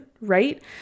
right